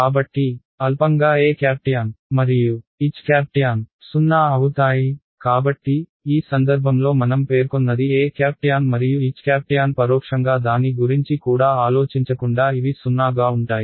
కాబట్టి అల్పంగా Etan మరియు Htan 0 అవుతాయి కాబట్టి ఈ సందర్భంలో మనం పేర్కొన్నది Etan మరియు Htan పరోక్షంగా దాని గురించి కూడా ఆలోచించకుండా ఇవి 0 గా ఉంటాయి